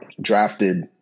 drafted